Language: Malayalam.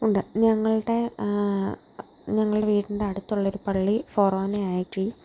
ഉണ്ട് ഞങ്ങളുടെ ഞങ്ങളുടെ വീട്ടിൻ്റെ അടുത്തുള്ള ഒരു പള്ളി ഫൊറോന ആക്കി